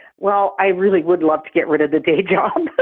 well, i really would love to get rid of the day job. um so